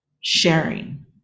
sharing